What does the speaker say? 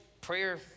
prayer